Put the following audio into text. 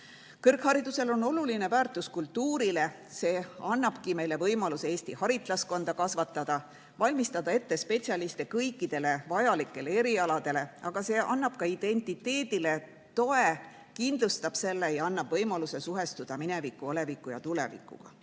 Kõrgharidusel on oluline väärtus kultuurile. See annabki meile võimaluse Eesti haritlaskonda kasvatada, valmistada ette spetsialiste kõikidele vajalikele erialadele. Aga see annab toe ka identiteedile, kindlustab selle ja annab võimaluse suhestuda mineviku, oleviku ja tulevikuga.